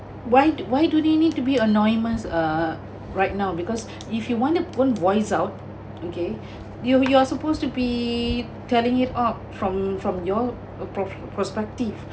why why do they need to be anonymous err right now because if you wanted to voice out okay you you're supposed to be telling it up from from your pro~ perspective